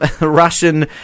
Russian